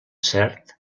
cert